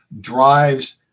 drives